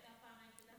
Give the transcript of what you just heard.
זו הייתה הפעם היחידה,